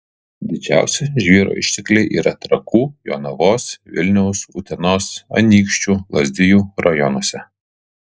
didžiausi žvyro ištekliai yra trakų jonavos vilniaus utenos anykščių lazdijų rajonuose